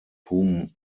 whom